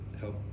help